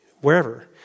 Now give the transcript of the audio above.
wherever